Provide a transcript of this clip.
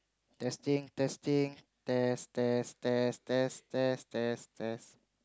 testing testing test test test test test test test